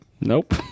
Nope